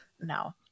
No